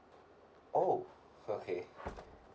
oh okay